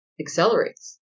accelerates